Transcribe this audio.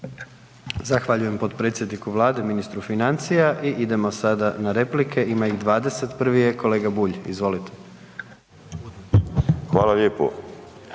Zahvaljujem potpredsjedniku vlade i ministru financija i idemo sada na replike, ima ih 20, prvi je kolega Bulj izvolite. **Bulj,